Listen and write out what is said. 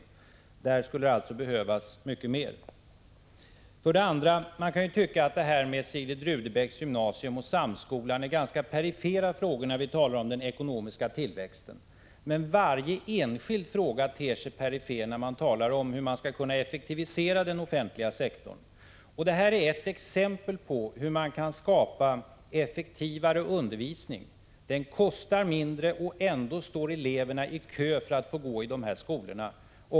Där skulle det alltså behövas mycket mer. För det andra kan man tycka att frågan om Sigrid Rudebecks Gymnasium och Samskolan är ganska perifera frågor när vi talar om den ekonomiska tillväxten. Men varje enskild fråga ter sig perifer, när man talar om hur man skall kunna effektivisera den offentliga sektorn. Detta är ett exempel på hur man kan skapa effektivare undervisning — den kostar mindre, men ändå står eleverna i kö för att få gå i dessa skolor.